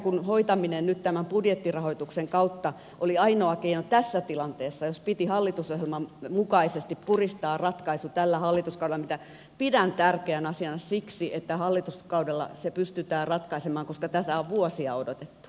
hyvitysmaksun hoitaminen nyt tämän budjettirahoituksen kautta oli ainoa keino tässä tilanteessa jossa piti hallitusohjelman mukaisesti puristaa ratkaisu tällä hallituskaudella mitä pidän tärkeänä asiana siksi että hallituskaudella se pystytään ratkaisemaan koska tätä on vuosia odotettu